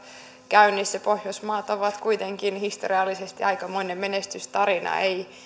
käynnissä pohjoismaat ovat kuitenkin historiallisesti aikamoinen menestystarina ei